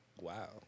wow